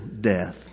death